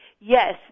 Yes